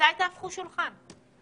מתי תהפכו שולחן?